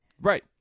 Right